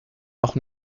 noch